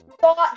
thought